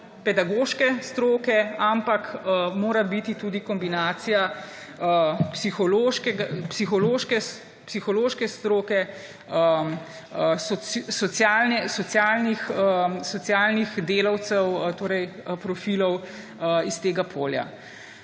pedagoške stroke, ampak mora biti tudi kombinacija psihološke stroke, socialnih delavcev, torej profilov s tega polja.